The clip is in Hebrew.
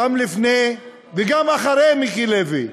גם לפני וגם אחרי מיקי לוי,